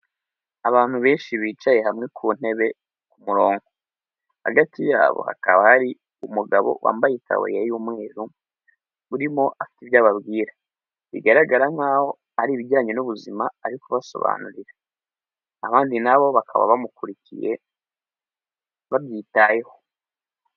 Abantu benshi bicaye hamwe ku ntebe ku murongo, hagati yabo hakaba hari umugabo wambaye itaburiye y'umweru urimo afite ibyo ababwira bigaragara nkaho ari ibijyanye n'ubuzima ari kubasobanurira, abandi nabo bakaba bamukurikiye babyitayeho.